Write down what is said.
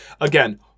again